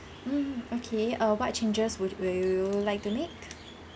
mmhmm okay err what changes would you like to make